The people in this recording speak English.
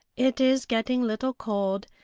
it is getting little cold,